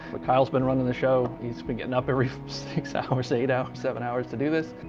but kyle's been running the show. he's been getting up every six hours, eight hours, seven hours to do this.